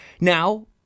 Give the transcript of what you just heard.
Now